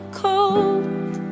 cold